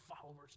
follower's